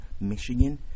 Michigan